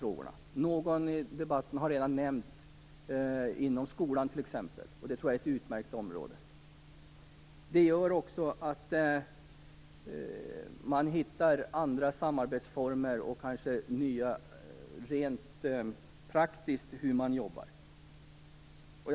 Skolans arbete har redan nämnts i debatten. Det är ett utmärkt område. Förslaget innebär att man kan hitta andra samarbetsformer för det praktiska arbetet.